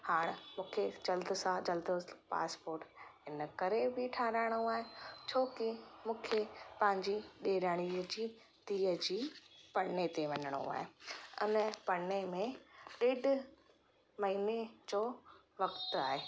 हाणि मूंखे जल्द सां जल्द पासपोट इन करे बि ठाराहिणो आहे छोकी मूंखे पंहिंजी ॾेराणीअ जी धीअ जी पणने ते वञिणो आहे अञा पणने में ॾेढि महिने जो वक़्तु आहे